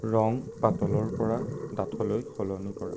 ৰং পাতলৰপৰা ডাঠলৈ সলনি কৰা